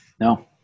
No